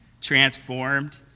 transformed